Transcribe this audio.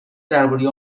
درباره